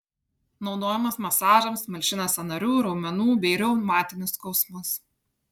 naudojamas masažams malšina sąnarių raumenų bei reumatinius skausmus